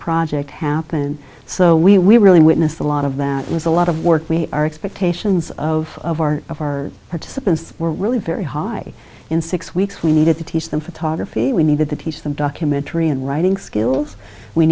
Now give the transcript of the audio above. project happen so we really witness a lot of that was a lot of work we are expectations of of our of our participants were really very high in six weeks we needed to teach them photography we needed to teach them documentary and writing skills we